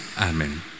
Amen